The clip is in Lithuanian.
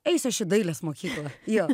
eisiu aš į dailės mokyklą jo